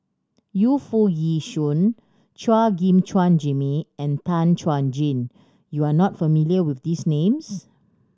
Yu Foo Yee Shoon Chua Gim Guan Jimmy and Tan Chuan Jin you are not familiar with these names